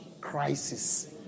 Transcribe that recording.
crisis